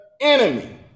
enemy